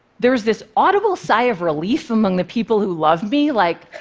there was this audible sigh of relief among the people who love me, like,